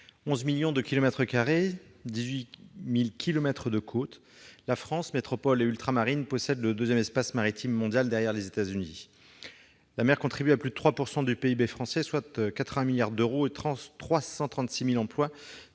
millions de kilomètres carrés, 18 000 kilomètres de côtes : la France métropolitaine et ultramarine possède le deuxième espace maritime mondial, derrière les États-Unis. La mer contribue à plus de 3 % du PIB français, soit 80 milliards d'euros, et représente 336 000 emplois